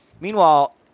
Meanwhile